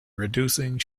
reducing